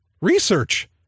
research